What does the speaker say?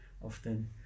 often